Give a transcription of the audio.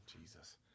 Jesus